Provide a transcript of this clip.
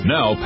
Now